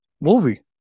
movie